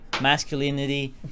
masculinity